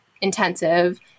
intensive